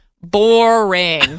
boring